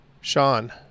Sean